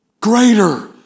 greater